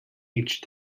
each